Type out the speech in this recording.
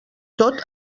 tot